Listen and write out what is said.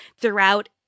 throughout